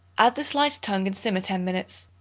add the sliced tongue and simmer ten minutes.